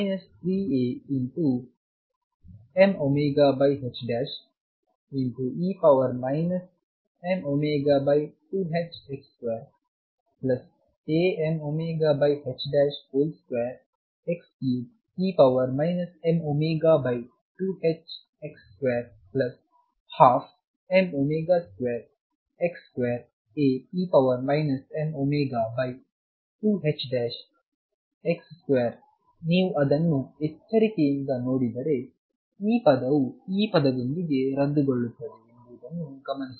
3Amωxe mω2ℏx2Amω2x3e mω2ℏx212m2x2Ae mω2ℏx2 ನೀವು ಅದನ್ನು ಎಚ್ಚರಿಕೆಯಿಂದ ನೋಡಿದರೆಈ ಪದವು ಈ ಪದದೊಂದಿಗೆ ರದ್ದುಗೊಳ್ಳುತ್ತದೆ ಎಂಬುದನ್ನು ಗಮನಿಸುತ್ತಿರಿ